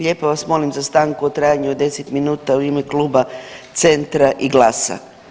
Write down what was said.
Lijepo vas molim za stanku u trajanju od 10 minuta u ime Kluba Centra i GLAS-a.